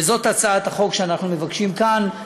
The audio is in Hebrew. וזאת הצעת החוק שאנחנו מבקשים כאן,